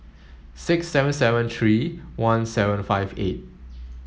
six seven seven three one seven five eight